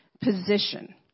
position